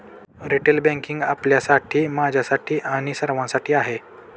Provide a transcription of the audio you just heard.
retail banking आपल्यासाठी, माझ्यासाठी आणि सर्वांसाठी आहे